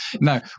No